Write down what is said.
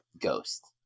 ghost